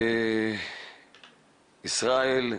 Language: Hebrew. אין מוקדם ומאוחר בתורה,